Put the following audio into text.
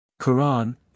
Quran